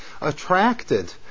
attracted